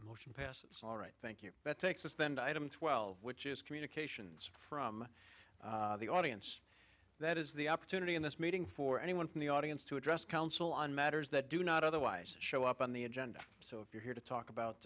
the motion passes all right thank you but take suspend item twelve which is communications from the audience that is the opportunity in this meeting for anyone from the audience to address council on matters that do not otherwise show up on the agenda so if you're here to talk about